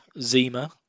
Zima